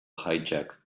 hijack